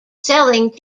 selling